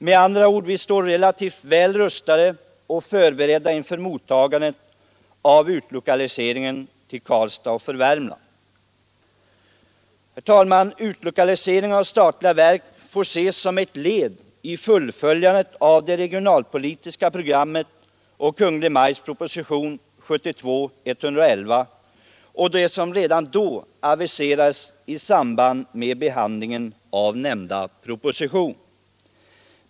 Med andra ord: Vi står relativt väl rustade och förberedda för mottagandet av de utlokaliserade till Karlstad och till Värmland. Herr talman! Utlokaliseringen av statliga verk får ses som ett led i fullföljandet av det regionalpolitiska programmet och Kungl. Maj:ts proposition 1972:111 samt det som aviserades redan i samband med behandlingen av nämnda proposition.